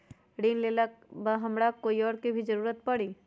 ऋन लेबेला हमरा कोई और के भी जरूरत परी?